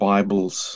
Bibles